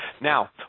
Now